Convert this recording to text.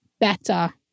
better